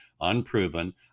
unproven